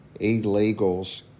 illegals